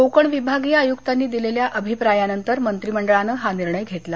कोकण विभागीय आयक्तांनी दिलेल्या अभिप्रायानंतर मंत्रिमंडळानं हा निर्णय घेतला